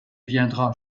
viendra